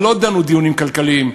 ולא דנו דיונים כלכליים,